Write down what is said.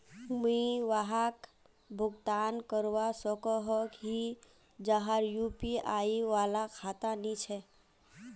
मुई वहाक भुगतान करवा सकोहो ही जहार यु.पी.आई वाला खाता नी छे?